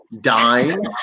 dying